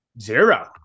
Zero